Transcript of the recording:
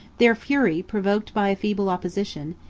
their fury, provoked by a feeble opposition,